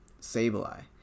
sableye